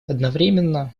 одновременно